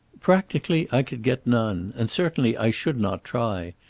practically i could get none. and certainly i should not try.